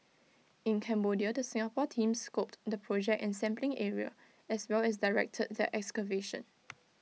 in Cambodia the Singapore team scoped the project and sampling area as well as directed the excavation